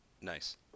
Nice